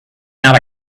not